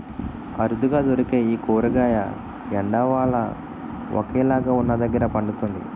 అరుదుగా దొరికే ఈ కూరగాయ ఎండ, వాన ఒకేలాగా వున్నదగ్గర పండుతుంది